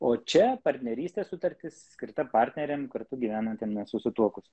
o čia partnerystės sutartis skirta partneriam kartu gyvenantiem nesusituokus